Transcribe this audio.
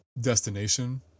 destination